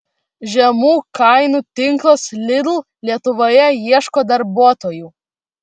žemų kainų tinklas lidl lietuvoje ieško darbuotojų